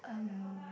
um